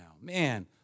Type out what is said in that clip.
Man